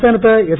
സംസ്ഥാനത്ത് എസ്